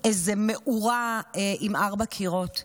הייתה איזו מאורה עם ארבעה קירות.